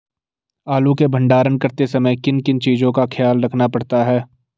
आलू के भंडारण करते समय किन किन चीज़ों का ख्याल रखना पड़ता है?